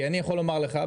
כי אני יכול לומר לך,